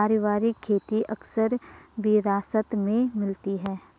पारिवारिक खेती अक्सर विरासत में मिलती है